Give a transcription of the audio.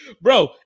Bro